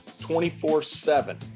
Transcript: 24-7